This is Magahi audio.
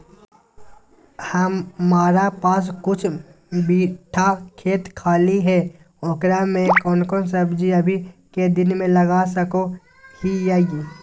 हमारा पास कुछ बिठा खेत खाली है ओकरा में कौन कौन सब्जी अभी के दिन में लगा सको हियय?